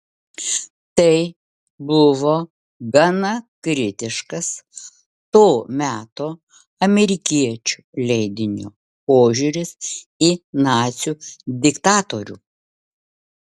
tai buvo gana kritiškas to meto amerikiečių leidinio požiūris į nacių diktatorių